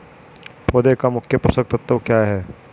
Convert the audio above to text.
पौधे का मुख्य पोषक तत्व क्या हैं?